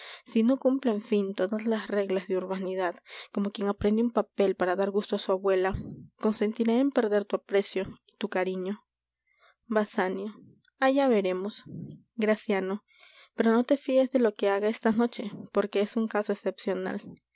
si no cumplo en fin todas las reglas de urbanidad como quien aprende un papel para dar gusto á su abuela consentiré en perder tu aprecio y tu cariño basanio allá veremos graciano pero no te fies de lo que haga esta noche porque es un caso excepcional